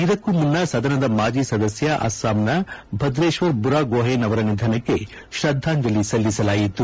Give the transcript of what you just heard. ಇದಕ್ಕೂ ಮುನ್ನ ಸದನದ ಮಾಜಿ ಸದಸ್ಯ ಅಸ್ಪಾಂನ ಭದ್ರೇಶ್ವರ್ ಬುರಾಗೋಹೈನ್ ಅವರ ನಿಧನಕ್ಕೆ ಶ್ರದ್ದಾಂಜಲಿ ಸಲ್ಲಿಸಲಾಯಿತು